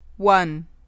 One